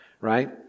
right